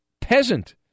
peasant